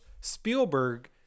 Spielberg